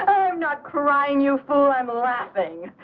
not crying you full i'm ah laughing.